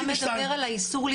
אתה מדבר על האיסור להתאגד?